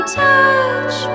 touch